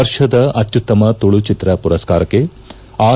ವರ್ಷದ ಅತ್ಯುತ್ತಮ ತುಳು ಚಿತ್ರ ಪುರಸ್ನಾರಕ್ಷೆ ಆರ್